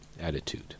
attitude